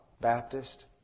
Baptist